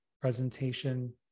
presentation